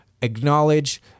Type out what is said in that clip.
acknowledge